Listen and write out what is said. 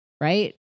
right